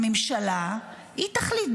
הממשלה תחליט.